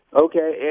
Okay